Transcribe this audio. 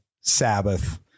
Sabbath